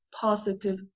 positive